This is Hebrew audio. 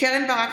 קרן ברק,